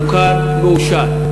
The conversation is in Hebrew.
מוכר ומאושר.